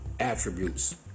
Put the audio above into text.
attributes